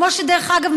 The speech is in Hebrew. שדרך אגב,